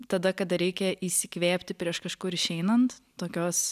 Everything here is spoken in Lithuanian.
tada kada reikia įsikvėpti prieš kažkur išeinant tokios